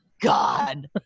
God